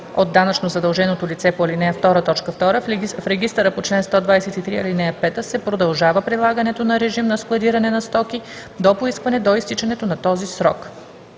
от данъчно задълженото лице по ал. 2, т. 2 в регистъра по чл. 123, ал. 5, се продължава прилагането на режим на складиране на стоки до поискване до изтичането на този срок.